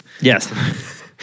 Yes